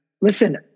Listen